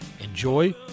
Enjoy